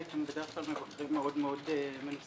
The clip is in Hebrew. הם בדרך כלל מבקרים מאוד מאוד מנוסים.